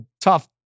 tough